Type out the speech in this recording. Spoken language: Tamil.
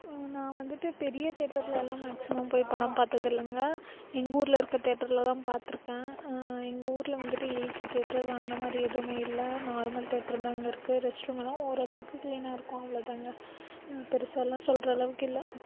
நான் வந்துட்டு பெரிய தேட்டர்லெல்லாம் மேக்ஸிமம் போய் படம் பார்த்ததில்லங்க எங்கூரில் இருக்க தேட்டரில்தான் பார்த்துருக்கேன் எங்கூரில் வந்துட்டு ஏசி தேட்ரு அதும் அந்தமாதிரி எதுவுமே இல்லை நார்மல் தேட்ருதாங்க இருக்கு ரெஸ்ட்ரூமெல்லாம் ஓரளவுக்கு கிளீனாக இருக்கும் அவ்வளோதாங்க பெருசாலாம் சொல்கிறளவுக்கு இல்லை